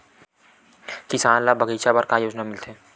किसान ल बगीचा बर का योजना मिलथे?